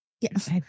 Yes